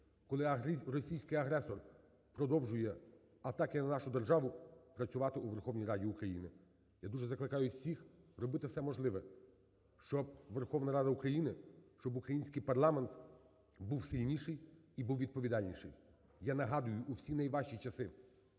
коли російський агресор продовжує атаки на нашу державу, працювати у Верховній Раді України. Я дуже закликаю всіх робити все можливе, щоб Верховна Рада України, щоб український парламент був сильніший і був відповідальніший. Я нагадую, у всі найважчі часи,